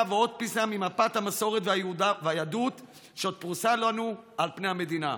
ועוד פיסה ממפת המסורת והיהדות שפרוסה על פני המדינה.